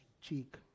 cheek